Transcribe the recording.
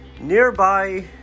nearby